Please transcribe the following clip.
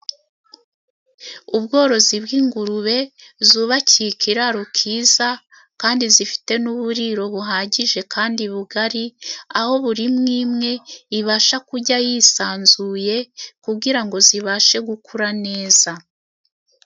Ubworozi bw'ingurube zubakiye ikiraro kiza，kandi zifite n'uburiro buhagije kandi bugari，aho buri imwe imwe ibasha kurya yisanzuye，kugira ngo zibashe gukura neza.